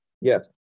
Yes